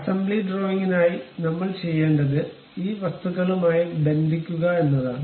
assembly ഡ്രോയിംഗിനായി നമ്മൾ ചെയ്യേണ്ടത് ഈ വസ്തുക്കളുമായി ബന്ധിക്കുക എന്നതാണ്